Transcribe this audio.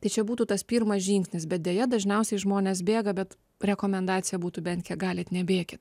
tai čia būtų tas pirmas žingsnis bet deja dažniausiai žmonės bėga bet rekomendacija būtų bent kiek galit nebėkit